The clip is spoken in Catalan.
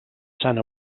sant